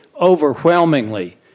overwhelmingly